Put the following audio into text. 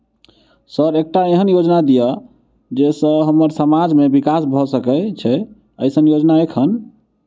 Sir एकटा एहन योजना दिय जै सऽ हम्मर समाज मे विकास भऽ सकै छैय एईसन योजना एखन?